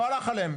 לא הלך עליהם.